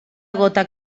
gota